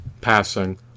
passing